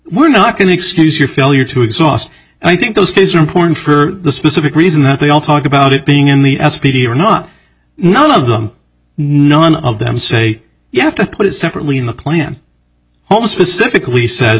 we're not going to excuse your failure to exhaust and i think those are important for the specific reason that they all talk about it being in the s p d or not none of them none of them say you have to put it separately in the plan home specifically says